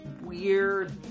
weird